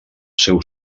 seu